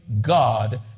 God